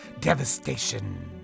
Devastation